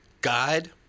guide